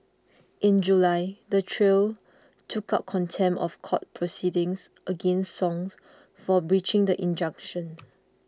in July the trio took out contempt of court proceedings against Song for breaching the injunction